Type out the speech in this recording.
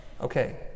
Okay